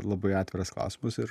labai atviras klausimas ir